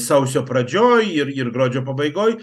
sausio pradžioj ir ir gruodžio pabaigoj